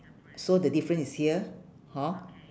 so the different is here hor